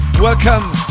welcome